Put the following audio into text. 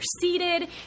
seated